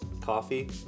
coffee